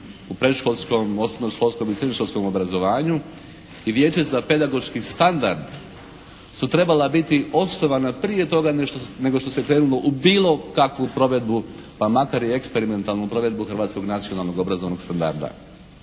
u predškolskom, osnovnoškolskom i srednjoškolskom obrazovanju i Vijeće za pedagoški standard su trebala biti osnovana toga nego što se krenulo u bilo kakvu provedbu, pa makar i eksperimentalnu provedbu hrvatskog nacionalnog obrazovnog standarda.